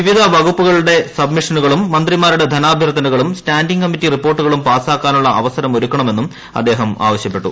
വിവിധ വകുപ്പുകളുടെ സബ്മിഷനുകളും മന്ത്രിമാരുടെ ധനാഭ്യർത്ഥനകളും സ്റ്റാൻഡിങ്ങ് കമ്മിറ്റി റിപ്പോർട്ടുകളും പാസ്സാക്കാനുള്ള അവസരമൊരുക്കണമെന്നും അദ്ദേഹം ആവശ്യപ്പെട്ടു